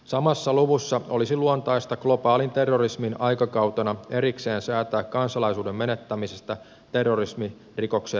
samassa luvussa olisi luontaista globaalin terrorismin aikakautena erikseen säätää kansalaisuuden menettämisestä terrorismirikoksen perusteella